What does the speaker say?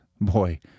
Boy